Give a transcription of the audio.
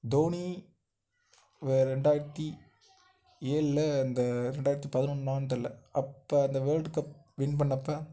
தோனி வ ரெண்டாயிரத்தி ஏழுல அந்த ரெண்டாயிரத்தி பதினொன்றான்னு தெரில அப்போ அந்த வேர்ல்டு கப் வின் பண்ணப்போ